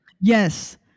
Yes